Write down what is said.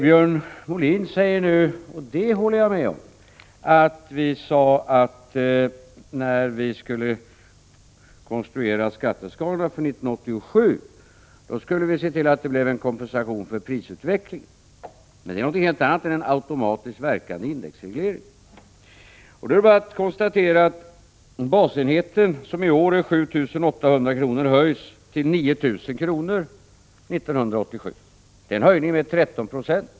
Björn Molin yttrade — och det håller jag med om — att vi sade att när man konstruerar skatteskalorna för 1987 borde man se till att det blev kompensation för prisutvecklingen. Men detta är någonting helt annat än en automatiskt verkande indexreglering. Det är bara att konstatera att basenheten som i år är 7 800 kr. höjs till 9 000 kr. år 1987. Det är en höjning med 13 20.